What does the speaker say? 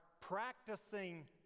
practicing